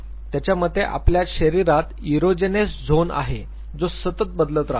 त्याच्या मते आपल्या शरीरात इरोजेनस झोन आहे जो सतत बदलत राहतो